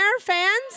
fans